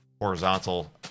horizontal